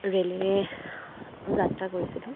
ৰেলেৰে যাত্ৰা কৰিছিলোঁ